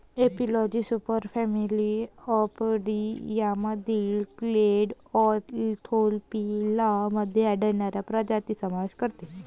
एपिलॉजी सुपरफॅमिली अपोइडियामधील clade Anthophila मध्ये आढळणाऱ्या प्रजातींचा समावेश करते